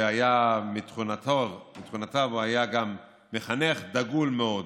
ובתכונותיו היה גם מחנך דגול מאוד,